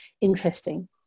interesting